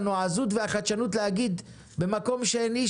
הנועזות והחדשנות להגיד: במקום שאין איש,